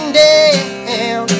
down